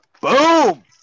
boom